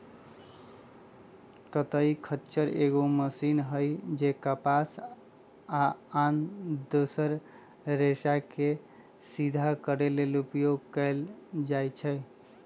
कताइ खच्चर एगो मशीन हइ जे कपास आ आन दोसर रेशाके सिधा करे लेल उपयोग कएल जाइछइ